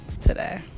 today